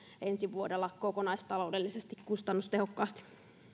ensi vuonna kokonaistaloudellisesti kustannustehokkaasti